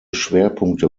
schwerpunkte